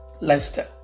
lifestyle